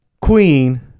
Queen